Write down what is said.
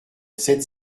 sept